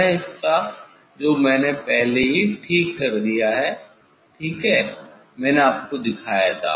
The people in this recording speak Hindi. वह हिस्सा जो मैंने पहले ही ठीक कर दिया है ठीक है मैंने आपको दिखाया था